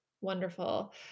wonderful